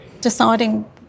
deciding